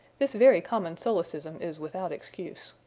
this very common solecism is without excuse.